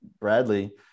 Bradley